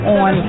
on